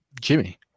Jimmy